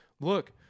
look